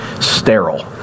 sterile